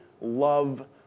love